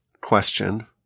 question